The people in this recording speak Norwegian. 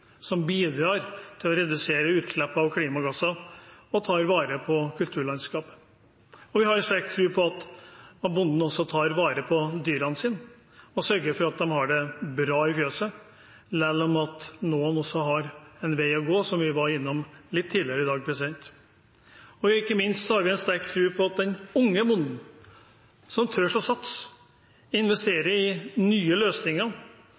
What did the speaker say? som bidrar til å redusere utslipp av klimagasser og tar vare på kulturlandskapet. Vi har sterk tro på at bonden også tar vare på dyrene sine og sørger for at de har det bra i fjøset, selv om noen har en vei å gå, som vi var innom litt tidligere i dag. Ikke minst har vi en sterk tro på den unge bonden som tør å satse, investere i nye løsninger